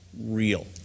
real